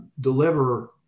deliver